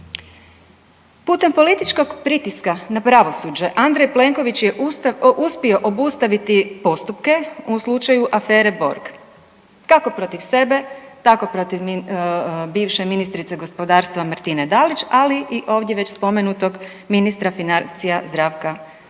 Putem političkog pritiska na pravosuđe, Andrej Plenković je Ustav, uspio obustaviti postupke u slučaju Afere Borg. Kako protiv sebe, tako protiv min, bivše ministrice gospodarstva Martine Dalić, ali i ovdje već spomenutog ministra financija Zdravka Mamića.